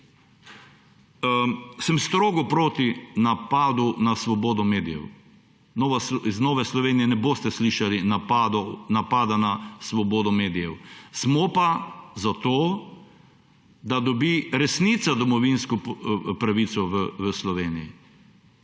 Sem strogo proti napadu na svobodo medijev. Iz Nove Slovenije ne boste slišali napada na svobodo medijev. Smo pa za to, da dobi resnica domovinsko pravico v Sloveniji.